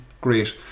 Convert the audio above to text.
great